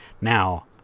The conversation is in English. Now